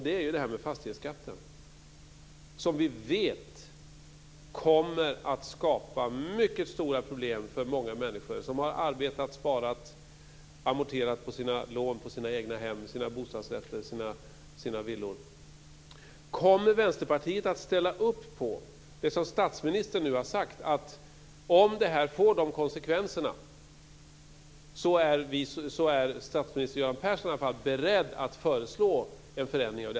Den gäller fastighetsskatten. Vi vet att den kommer att skapa mycket stora problem för många människor som har arbetat, sparat, amorterat lån på egnahem, bostadsrätter och villor. Kommer Vänsterpartiet att ställa upp på det som statsministern har sagt, nämligen att om det blir dessa konsekvenser är i alla fall statsminister Göran Persson beredd att föreslå en förändring?